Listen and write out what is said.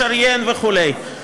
ולמה צריך לשריין וכו'.